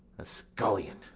a scullion!